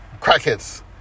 crackheads